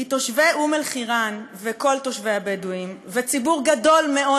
כי תושבי אום-אלחיראן וכל התושבים הבדואים וציבור גדול מאוד